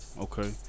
Okay